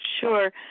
Sure